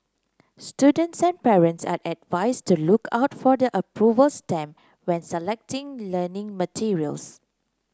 students and parents are advised to look out for the approval stamp when selecting learning materials